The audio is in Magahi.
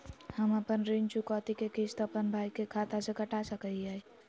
हम अपन ऋण चुकौती के किस्त, अपन भाई के खाता से कटा सकई हियई?